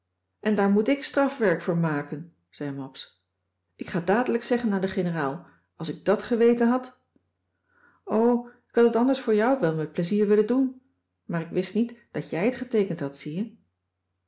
en daar moet ik strafwerk voor maken zei mabs ik ga t dadelijk zeggen aan de generaal als ik dàt geweten had o ik had het anders voor jou wel met plezier willen doen maar ik wist niet dat jij het geteekend hadt zie je